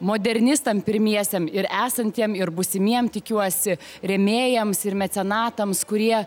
modernistam pirmiesiem ir esantiem ir būsimiem tikiuosi rėmėjams ir mecenatams kurie